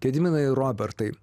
gediminai robertai